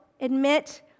Admit